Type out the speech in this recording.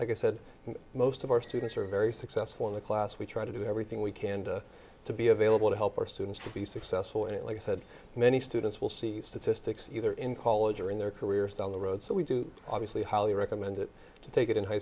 like i said most of our students are very successful in the class we try to do everything we can to be available to help our students to be successful in it like i said many students will see statistics either in college or in their careers down the road so we do obviously highly recommend it to take it in high